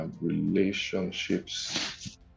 relationships